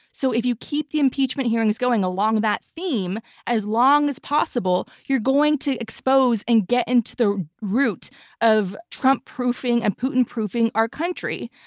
so if you keep the impeachment hearings going along that theme as long as possible, you're going to expose and get into the root of trump-proofing and putin-proofing our country.